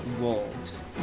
wolves